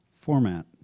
format